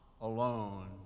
alone